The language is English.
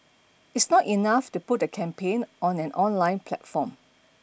it's not enough to put a campaign on an online platform